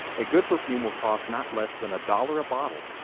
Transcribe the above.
a good perfume will cost not less than a dollar a bottle.